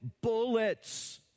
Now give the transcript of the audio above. bullets